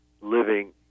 living